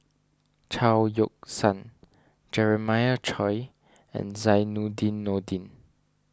Chao Yoke San Jeremiah Choy and Zainudin Nordin